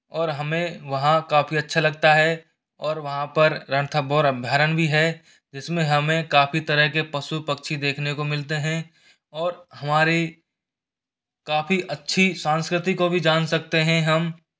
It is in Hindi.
और हमें वहाँ काफ़ी अच्छा लगता है और वहाँ पर रणथंबोर अभ्यारण भी है जिसमें हमें काफ़ी तरह के पशु पक्षी दखने को मिलते हैं और हमारी काफ़ी अच्छी संस्कृति को भी जान सकते हैं हम